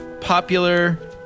popular